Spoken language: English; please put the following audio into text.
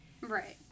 Right